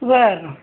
बरं